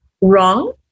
wrong